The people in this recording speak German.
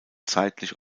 zeitlich